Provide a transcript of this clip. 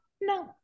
No